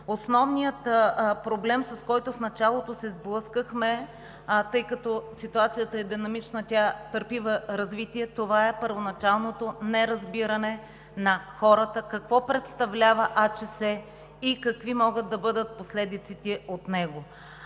Основният проблем, с който в началото се сблъскахме, тъй като ситуацията е динамична и търпи развитие, е първоначалното неразбиране на хората какво представлява африканска чума по свинете и какви могат да бъдат последиците от нея.